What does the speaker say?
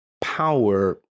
power